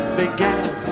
began